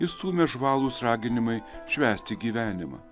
išstūmė žvalūs raginimai švęsti gyvenimą